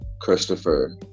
christopher